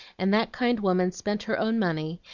and that kind woman spent her own money,